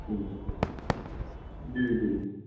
हम्म जी जी